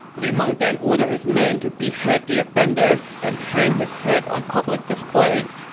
lu meng then ordered his men to behead the offender and hang his head on public display,